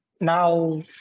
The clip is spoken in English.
now